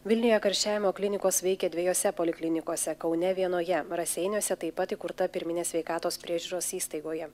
vilniuje karščiavimo klinikos veikia dviejose poliklinikose kaune vienoje raseiniuose taip pat įkurta pirminės sveikatos priežiūros įstaigoje